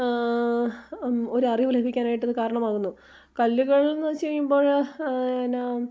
അറിവ് ലഭിക്കാനായിട്ടത് കാരണമാകുന്നു കല്ലുകൾ എന്നു വെച്ചു കഴിയുമ്പോൾ എന്നാ